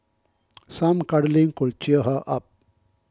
some cuddling could cheer her up